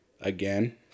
again